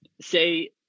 say